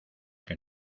que